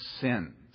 sins